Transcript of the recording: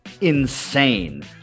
insane